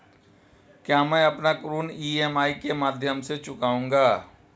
क्या मैं अपना ऋण ई.एम.आई के माध्यम से चुकाऊंगा?